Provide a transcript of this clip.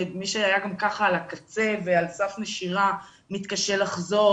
ומי שהיה גם כך על הקצה ועל סף נשירה מתקשה לחזור.